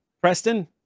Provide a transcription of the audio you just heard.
Preston